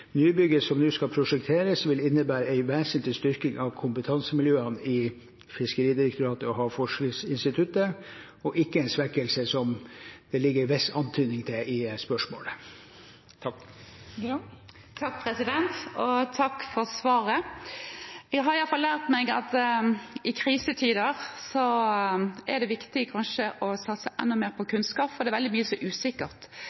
Nybygget som nå skal prosjekteres, vil innebære en vesentlig styrking av kompetansemiljøene i Fiskeridirektoratet og Havforskningsinstituttet – og ikke en svekkelse, som det ligger en viss antydning til i spørsmålet. Takk for svaret. Jeg har i hvert fall lært meg at i krisetider er det kanskje viktig å satse enda mer på